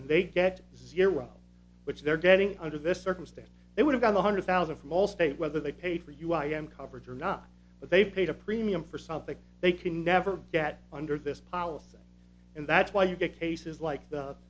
and they get zero which they're getting under this circumstance they would have got one hundred thousand from all state whether they paid for you i am covered or not but they paid a premium for something they can never get under this policy and that's why you get cases like